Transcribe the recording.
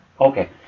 Okay